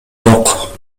жок